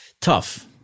Tough